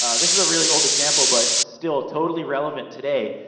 ah this is a really old example, but still totally relevant today.